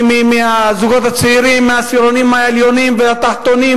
הזוגות הצעירים מהעשירונים העליונים והתחתונים,